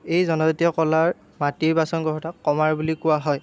এই জনজাতীয় কলাৰ মাটিৰ বাচন গঢ়োতাক কমাৰ বুলি কোৱা হয়